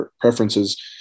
preferences